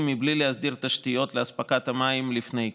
מבלי להסדיר תשתיות לאספקת המים לפני כן.